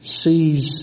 sees